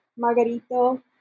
Margarito